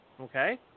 okay